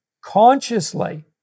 consciously